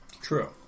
True